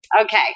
Okay